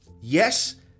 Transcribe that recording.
Yes